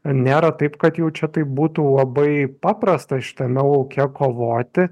nėra taip kad jau čia taip būtų labai paprasta šitame lauke kovoti